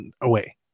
away